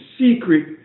secret